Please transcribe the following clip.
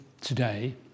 today